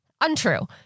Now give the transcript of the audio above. Untrue